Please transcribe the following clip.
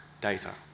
data